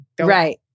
Right